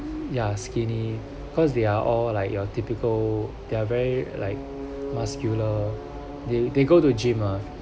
ya skinny cause they are all like your typical they're very like muscular they they go to gym ah